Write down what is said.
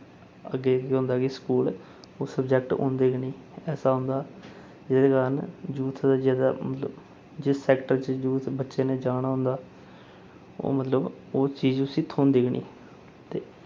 अग्गे केह् होंदा कि स्कूल ओह् सब्जैक्ट होंदे गै नेईं ऐसा होंदा जेह्दे कारण जूथ दा ज्यादा मतलब जिस सैक्टर च जूथ बच्चे नै जाना होंदा ओह् मतलब ओह् चीज उसी थ्होंदी गै नेईं ते